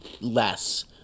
less